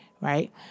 Right